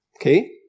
Okay